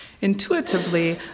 Intuitively